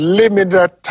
limited